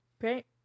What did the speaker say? Great